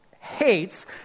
hates